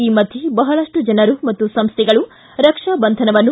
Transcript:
ಈ ಮಧ್ಯ ಬಹಳಷ್ಟು ಜನರು ಮತ್ತು ಸಂಸ್ಥೆಗಳು ರಕ್ಷಾ ಬಂಧನವನ್ನು